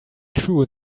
true